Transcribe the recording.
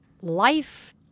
life